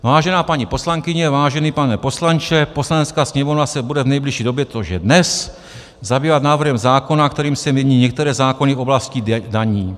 Vážená paní poslankyně, vážený pane poslanče, Poslanecká sněmovna se bude v nejbližší době což je dnes zabývat návrhem zákona, kterým se mění některé zákony v oblasti daní.